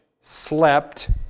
slept